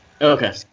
Okay